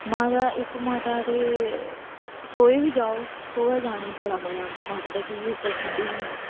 मां दा इक माता ते सोहै बी जाओ सोहै बी जाने गी बड़ा मजा औंदा माता दा की के उप्पर ठंडी